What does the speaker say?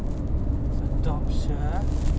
se~ top sia